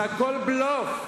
זה הכול בלוף.